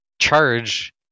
charge